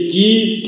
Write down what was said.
give